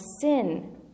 sin